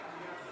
אני קובע